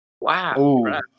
Wow